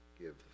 Give